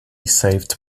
saved